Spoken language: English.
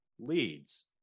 leads